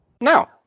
Now